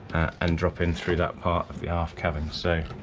and drop in through that part of the aft cabin, so